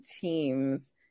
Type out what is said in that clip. teams –